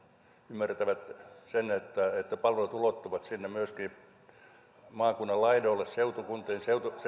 ymmärtäisivät sen että palvelut ulottuvat myöskin sinne maakunnan laidoille seutukuntiin